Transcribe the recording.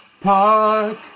Park